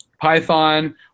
Python